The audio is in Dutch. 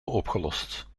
opgelost